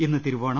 ഇന്ന് തിരുവോണം